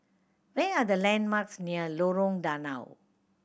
where are the landmarks near Lorong Danau